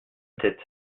tête